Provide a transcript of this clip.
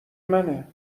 منه